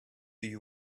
you